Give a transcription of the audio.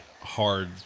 hard